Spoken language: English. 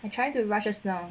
I try to rush this now